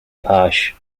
paź